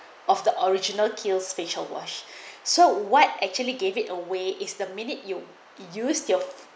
of the original Kiehl's facial wash so what actually gave it away is the minute you use your